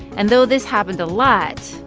and though this happened a lot,